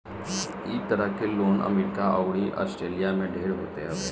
इ तरह के लोन अमेरिका अउरी आस्ट्रेलिया में ढेर होत हवे